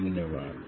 धन्यवाद्